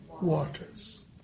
waters